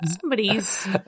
somebody's